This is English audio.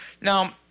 Now